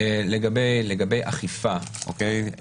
לגבי אכיפה, אוקיי?